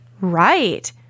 Right